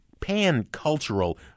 pan-cultural